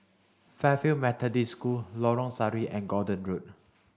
Fairfield Methodist School Lorong Sari and Gordon Road